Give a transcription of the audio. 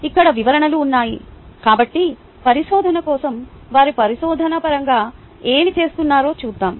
ఇక్కడ వివరణలు ఉన్నాయి కాబట్టి పరిశోధన కోసం వారు పరిశోధన పరంగా ఏమి చూస్తున్నారో చూద్దాం